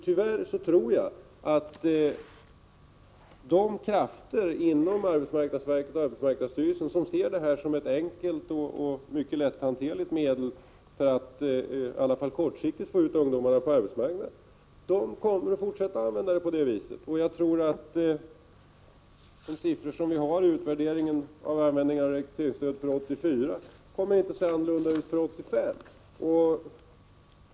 Tyvärr tror jag att de krafter inom arbetsmarknadsstyrelsen som ser detta som ett enkelt och mycket lätthanterligt medel för att i alla fall kortsiktigt få ut ungdomarna på arbetsmarknaden kommer att fortsätta att använda stödet på detta sätt. De siffror som finns i utvärderingen av användningen av rekryteringsstödet 1984 kommer inte att se annorlunda ut 1985.